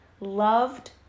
loved